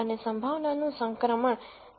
અને પ્રોબેબિલિટી નું સંક્રમણ 0